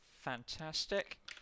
Fantastic